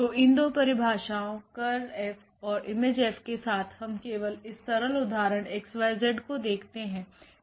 तो इन दो परिभाषाओं Ker 𝐹औरImF के साथ हम केवल इस सरल उदाहरण xyz को देखते हैं